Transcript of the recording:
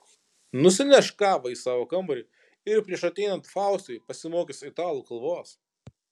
nusineš kavą į savo kambarį ir prieš ateinant faustui pasimokys italų kalbos